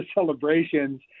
celebrations